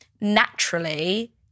Naturally